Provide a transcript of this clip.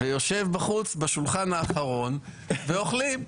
ויושב בחוץ בשולחן האחרון ואוכלים.